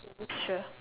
sure